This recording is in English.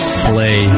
slay